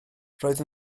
roedd